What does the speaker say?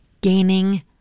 gaining